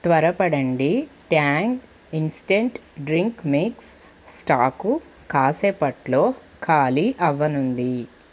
త్వరపడండి Tang instant drink mix stock కాసేపట్లో ఖాళీ అవ్వనుంది